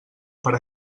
per